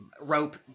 rope